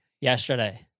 yesterday